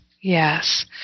yes